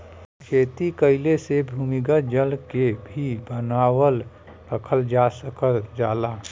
खेती कइले से भूमिगत जल स्तर के भी बनावल रखल जा सकल जाला